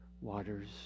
waters